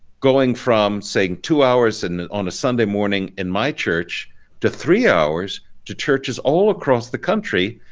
going from saying to hours and on a sunday morning in my church to three hours to churches all across the country.